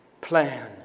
plan